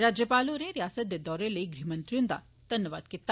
राज्यपाल होरें रिआसत दे दौरे लेई गृहमंत्री हुंदा धन्नबाद बी कीता